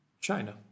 China